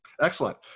excellent